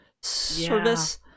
service